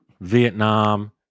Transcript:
Vietnam